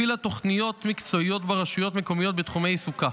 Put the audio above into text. היא הפעילה תוכניות מקצועיות ברשויות המקומיות בתחומי עיסוקה.